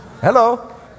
Hello